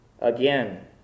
Again